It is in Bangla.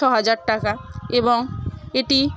ছ হাজার টাকা এবং এটি